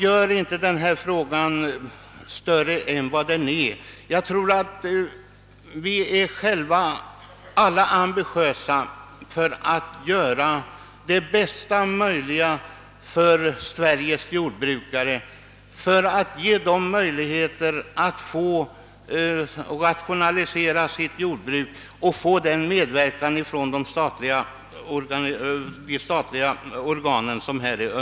Gör dock inte frågan större än vad den är, herr Hansson! Jag tror att vi alla är ambitiösa härvidlag och vill göra det bästa möjliga för Sveriges jordbrukare för att ge möjlighet för dem att rationalisera sitt jordbruk och få önskad medverkan från de statliga organen. Herr talman!